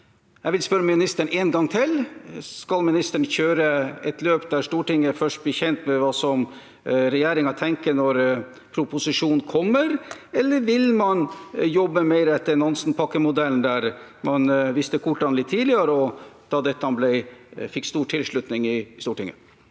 Jeg vil spørre statsråden en gang til: Skal statsråden kjøre et løp der Stortinget først blir kjent med hva regjeringen tenker når proposisjonen kommer, eller vil man jobbe mer etter Nansen-pakke-modellen, der man viste kortene litt tidligere, og dette fikk stor tilslutning i Stortinget?